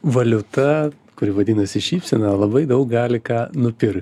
valiuta kuri vadinasi šypsena labai daug gali ką nupirkt